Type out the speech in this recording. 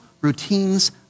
routines